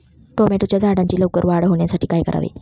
टोमॅटोच्या झाडांची लवकर वाढ होण्यासाठी काय करावे?